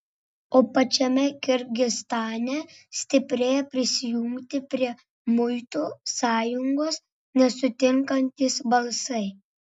o pačiame kirgizstane stiprėja prisijungti prie muitų sąjungos nesutinkantys balsai